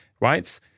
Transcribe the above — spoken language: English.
right